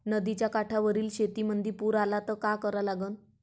नदीच्या काठावरील शेतीमंदी पूर आला त का करा लागन?